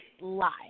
lie